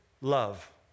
love